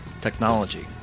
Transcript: technology